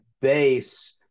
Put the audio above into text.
base